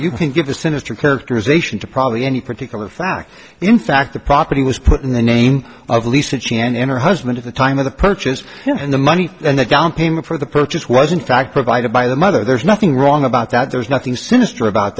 you can give the sinister characterization to probably any particular fact in fact the property was put in the name of lisa g and her husband at the time of the purchase and the money and the down payment for the purchase was in fact provided by the mother there's nothing wrong about that there's nothing sinister about